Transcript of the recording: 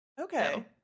Okay